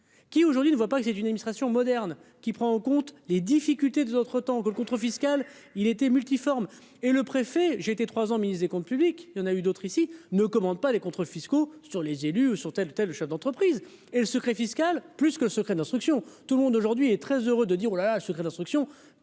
Qui aujourd'hui ne voient pas que c'est une admiration moderne qui prend en compte les difficultés des autres tant que le contrôle fiscal il était multiforme et le préfet, j'ai été trois ans ministre des Comptes publics, il y en a eu d'autres ici ne commente pas les contrôles fiscaux sur les élus sur telle ou telle chef d'entreprise et le secret fiscal plus que secret d'instruction, tout le monde aujourd'hui est très heureux de dire oh là le secret de l'instruction,